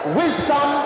wisdom